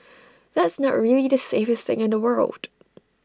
that's not really the safest thing in the world